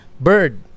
bird